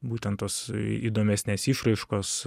būtent tos įdomesnės išraiškos